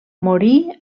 morí